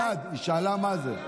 גלעד, היא שאלה מה זה.